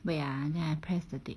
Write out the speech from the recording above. wait ah then I press the tape